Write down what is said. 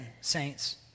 saints